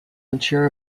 unsure